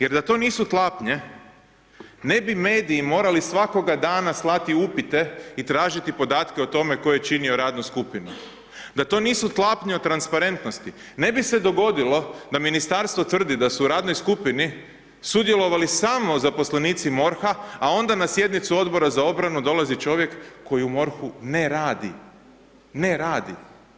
Jer da to nisu tlapnje, ne bi mediji morali svakog dana slati upite i tražiti podate o tome tko je činio radnu skupinu, da to nisu tlapnje o transparentnosti ne bi se dogodilo da ministarstvo tvrdi da su u radnoj skupni sudjelovali samo zaposlenici MORH-a, a onda na sjednicu Odbora za obranu dolazi čovjek koji u MORH-u ne radi, ne radi.